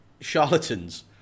Charlatans